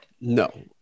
No